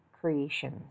creations